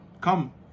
Come